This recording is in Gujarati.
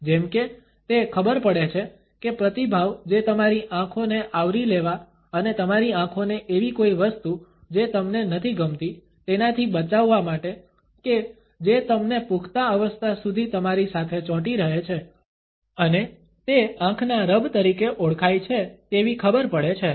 જેમ કે તે ખબર પડે છે કે પ્રતિભાવ જે તમારી આંખોને આવરી લેવા અને તમારી આંખોને એવી કોઈ વસ્તુ જે તમને નથી ગમતી તેનાથી બચાવવા માટે કે જે તમને પુખ્તાવસ્થા સુધી તમારી સાથે ચોંટી રહે છે અને તે આંખના રબ તરીકે ઓળખાય છે તેવી ખબર પડે છે